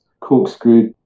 corkscrew